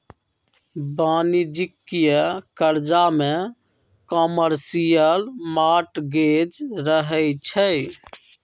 वाणिज्यिक करजा में कमर्शियल मॉर्टगेज रहै छइ